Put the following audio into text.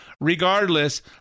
Regardless